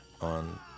on